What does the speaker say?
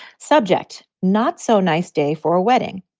subject. not so nice day for a wedding.